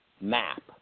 map